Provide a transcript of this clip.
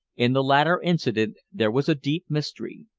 in the latter incident there was a deep mystery.